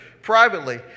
privately